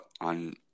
on